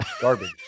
Garbage